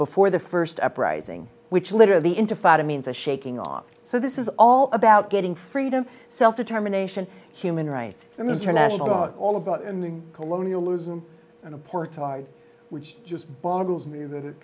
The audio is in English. before the first uprising which literally the intifada means a shaking off so this is all about getting freedom self determination human rights and international law all about ending colonialism and apartheid which just boggles me that it